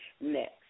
next